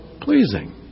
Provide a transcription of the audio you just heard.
pleasing